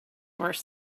worse